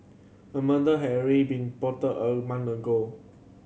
a murder had already been plotted a month ago